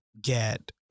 get